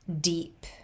deep